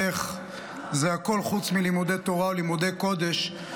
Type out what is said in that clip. איך זה הכול חוץ מלימוד תורה או לימודי קודש.